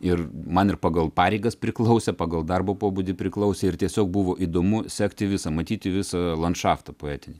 ir man ir pagal pareigas priklausė pagal darbo pobūdį priklausė ir tiesiog buvo įdomu sekti visą matyti visą landšaftą poetinį